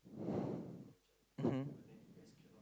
mmhmm